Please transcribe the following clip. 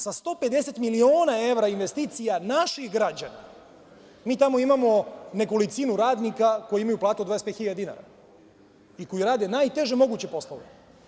Sa 150 miliona evra investicija naših građana, mi tamo imamo nekolicinu radnika koji imaju platu od 25 hiljada dinara i koji rade najteže moguće poslove.